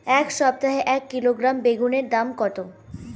এই সপ্তাহে এক কিলোগ্রাম বেগুন এর দাম কত?